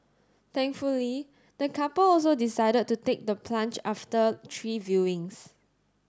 thankfully the couple also decided to take the plunge after three viewings